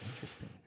Interesting